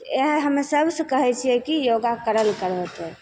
इएह हमे सभसे कहै छिए कि योगा करल करहऽ तोँ